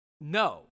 no